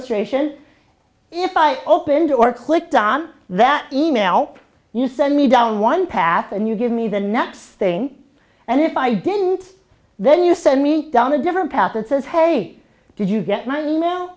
illustration if i opened or clicked on that e mail you sent me down one path and you give me the next thing and if i didn't then you send me down a different path and says hey did you get